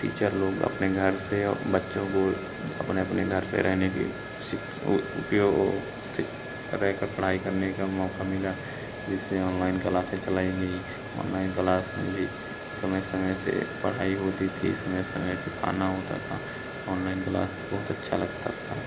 teacher लोग अपने घर से बच्चों को अपने अपने घर पर रहने की सिक उ उपयोग सि रहकर पढ़ाई करने का मौक़ा मिला जिससे ओनलाइन क्लासें चलाई गईं ओनलाइन कलास में भी समय समय से पढ़ाई होती थी समय समय पर खाना होता था ओनलाइन कलास बहुत अच्छा लगती थी